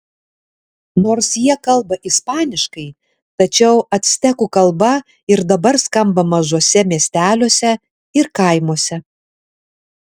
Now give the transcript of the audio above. nors jie kalba ispaniškai tačiau actekų kalba ir dabar skamba mažuose miesteliuose ir kaimuose